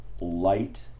light